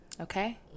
Okay